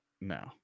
No